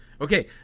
okay